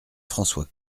françois